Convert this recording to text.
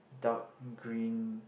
dark green